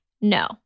no